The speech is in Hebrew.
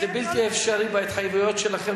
זה בלתי אפשרי בהתחייבויות שלכם,